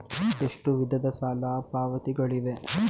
ಎಷ್ಟು ವಿಧದ ಸಾಲ ಪಾವತಿಗಳಿವೆ?